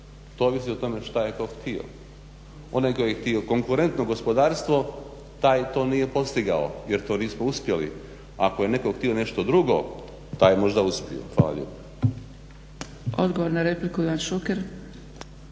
To ovisi o tome šta je tko htio. Onaj tko je htio konkurentno gospodarstvo taj to nije postigao jer to nismo uspjeli. Ako ne neko htio nešto drugo, taj je možda uspio. Hvala lijepo. **Zgrebec, Dragica